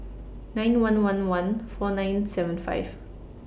nine one one one four nine seven five